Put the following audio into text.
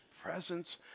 presence